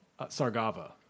Sargava